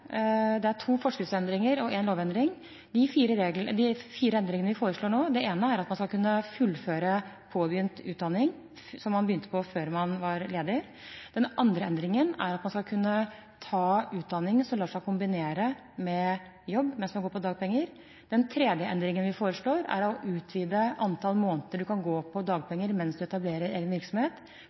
det er to forskriftsendringer og en lovendring. De fire endringene vi foreslår nå, er: at man skal kunne fullføre påbegynt utdanning som man begynte på før man ble ledig at man skal kunne ta utdanning som lar seg kombinere med jobb mens man går på dagpenger å utvide antall måneder man kan gå på dagpenger mens man etablerer egen virksomhet,